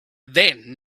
then